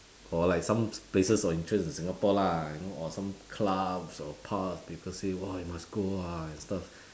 or like some places of interest in singapore lah you know or some clubs or pubs people say !wah! you must go ah and stuff